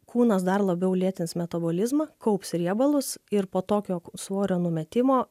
kūnas dar labiau lėtins metabolizmą kaups riebalus ir po tokio svorio numetimo